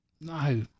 No